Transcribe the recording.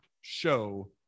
show